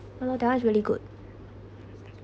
hello that's really good